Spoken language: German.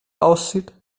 aussieht